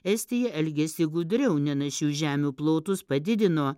estija elgiasi gudriau nenašių žemių plotus padidino